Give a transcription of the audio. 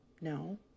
no